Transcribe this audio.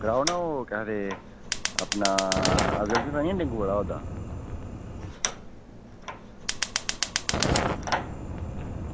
कराओ ना ओह् केह् आक्खदे अपना निं होआ दा